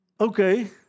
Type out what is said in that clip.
Okay